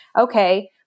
okay